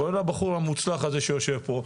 כולל הבחור המוצלח הזה שיושב פה,